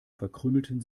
verkrümelten